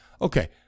Okay